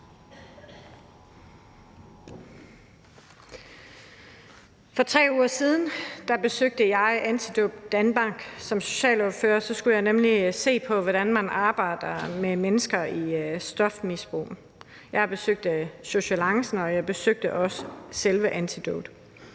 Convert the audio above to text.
For 3 uger siden besøgte jeg Antidote Danmark. Som socialordfører skulle jeg nemlig se på, hvordan man arbejder med mennesker i stofmisbrug. Jeg besøgte Sociolancen, og jeg besøgte også selve Antidote